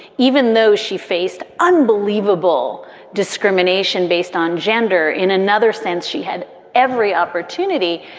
even though she faced unbelievable discrimination based on gender, in another sense, she had every opportunity.